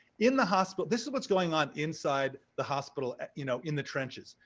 in the hospital this is what's going on inside the hospital you know in the trenches,